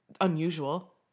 unusual